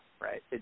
right